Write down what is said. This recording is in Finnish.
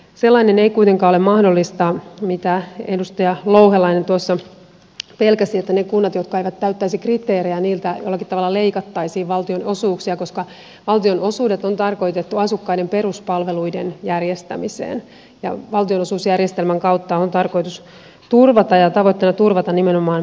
sellainen ei kuitenkaan ole mahdollista mitä edustaja louhelainen tuossa pelkäsi että niiltä kunnilta jotka eivät täyttäisi kriteerejä jollakin tavalla leikattaisiin valtionosuuksia koska valtionosuudet on tarkoitettu asukkaiden peruspalveluiden järjestämiseen ja valtionosuusjärjestelmän kautta on tarkoitus turvata ja tavoitteena on turvata nimenomaan peruspalvelut